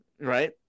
right